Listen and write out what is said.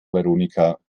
veronika